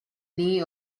knee